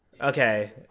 Okay